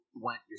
went